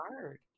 hard